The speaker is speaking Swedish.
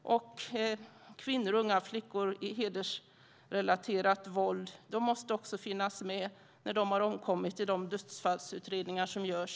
Kvinnor och unga flickor i situationer med hedersrelaterat våld måste, när de har omkommit, finnas med i de dödsfallsutredningar som görs.